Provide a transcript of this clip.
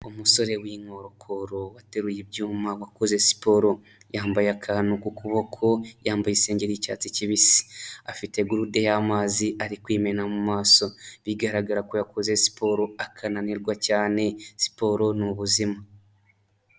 Umusore w'inkorokoro wateruye ibyuma wakoze siporo, yambaye akantu ku kuboko, yambaye isengeri y'icyatsi kibisi, afite gurude y'amazi ari kwimena mu maso, bigaragara ko yakoze siporo akananirwa cyane, siporo ni ubuzima.